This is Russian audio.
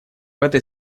этой